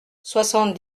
soixante